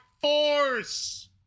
force